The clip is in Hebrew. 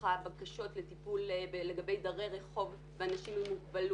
הרווחה בבקשות לטיפול לגבי דרי רחוב ואנשים עם מוגבלות,